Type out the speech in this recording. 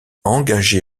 engagé